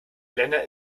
länder